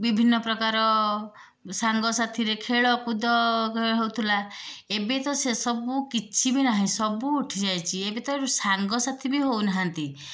ବିଭିନ୍ନ ପ୍ରକାର ସାଙ୍ଗ ସାଥୀରେ ଖେଳକୁଦ ହେଉଥିଲା ଏବେ ତ ସେ ସବୁ କିଛି ବି ନାହିଁ ସବୁ ଉଠି ଯାଇଛି ଏବେ ତ ସାଙ୍ଗସାଥୀ ବି ହେଉ ନାହାନ୍ତି